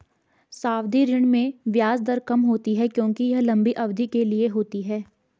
सावधि ऋण में ब्याज दर कम होती है क्योंकि यह लंबी अवधि के लिए होती है